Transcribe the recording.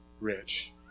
rich